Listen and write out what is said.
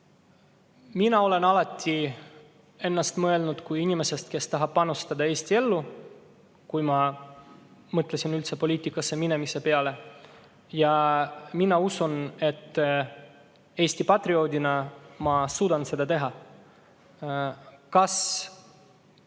Mina olen alati endast mõelnud kui inimesest, kes tahab panustada Eesti ellu, ka siis, kui ma mõtlesin poliitikasse minemise peale. Ja mina usun, et Eesti patrioodina ma suudan seda teha. Kas